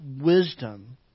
wisdom